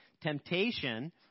Temptation